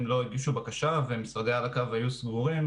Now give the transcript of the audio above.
לא הגישו בקשה ומשרדי הרכבת היו סגורים,